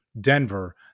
Denver